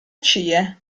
cie